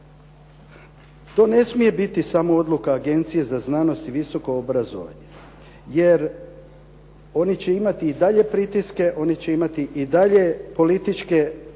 To ne smije biti samo odluka Agencije za znanost i visoko obrazovanje jer oni će imati i dalje pritiske, oni će imati i dalje pritiske, oni će